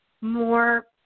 more